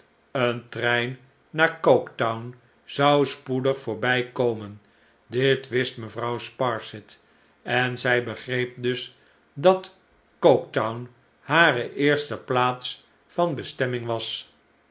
een trein naar coketown zou spoedig voorbijkomen dit wist mevrouw sparsit en zij begreep dus dat coketown hare eerste plaats van bestemming was